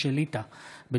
התשפ"ג 2023,